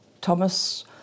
Thomas